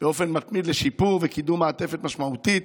באופן מתמיד לשיפור ולקידום של מעטפת משמעותית